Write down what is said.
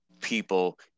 people